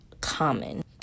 common